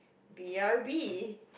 B_R_B